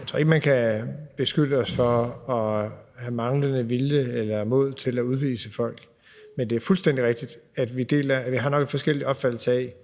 Jeg tror ikke, man kan beskylde os for at have manglende vilje eller mod til at udvise folk, men det er fuldstændig rigtigt, at vi nok har en forskellig opfattelse af,